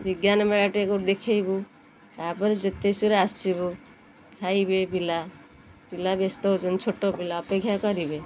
ବିଜ୍ଞାନ ମେଳାଟେ କୋଉଠି ଦେଖେଇବୁ ତା'ପରେ ଯେତେ ଶୀଘ୍ର ଆସିବୁ ଖାଇବେ ପିଲା ପିଲା ବ୍ୟସ୍ତ ହେଉଛନ୍ତି ଛୋଟ ପିଲା ଅପେକ୍ଷା କରିବେ